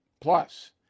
Plus